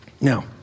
Now